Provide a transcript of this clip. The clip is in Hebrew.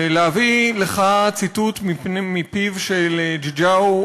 ולהביא לך ציטוט מפיו של ג'יג'או בימרו,